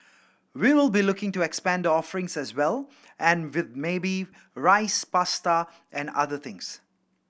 we will be looking to expand the offerings as well and with maybe rice pasta and other things